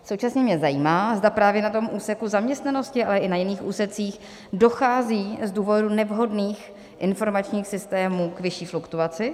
Současně mě zajímá, zda právě na úseku zaměstnanosti, ale i na jiných úsecích dochází z důvodu nevhodných informačních systémů k vyšší fluktuaci.